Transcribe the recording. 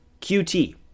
QT